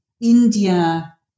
India